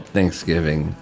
Thanksgiving